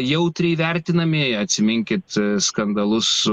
jautriai vertinami atsiminkit skandalus su